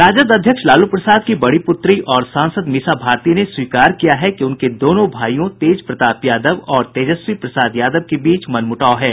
राजद अध्यक्ष लालू प्रसाद की बड़ी पुत्री और सांसद मीसा भारती ने स्वीकार किया है कि उनके दोनों भाईयों तेज प्रताप यादव और तेजस्वी प्रसाद यादव के बीच मनमुटाव है